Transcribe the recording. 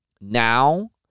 now